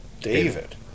David